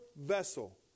vessel